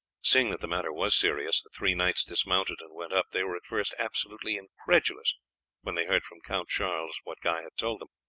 seeing that the matter was serious the three knights dismounted and went up. they were at first absolutely incredulous when they heard from count charles what guy had told them.